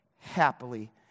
happily